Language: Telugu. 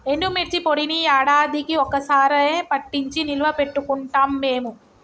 ఎండుమిర్చి పొడిని యాడాదికీ ఒక్క సారె పట్టించి నిల్వ పెట్టుకుంటాం మేము